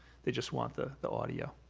they just want the the audio.